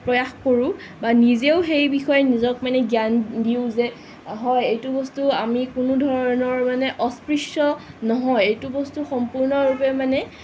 প্ৰয়াস কৰোঁ বা নিজেও সেই বিষয়ে নিজক জ্ঞান দিওঁ যে হয় এইটো বস্তু আমি কোনোধৰণৰ মানে অস্পৃশ্য নহয় এইটো বস্তু সম্পূৰ্ণৰূপে মানে